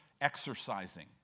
exercising